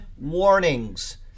warnings